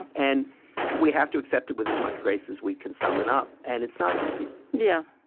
and we have to accept it with as much grace as we can summon up. and it's not easy yeah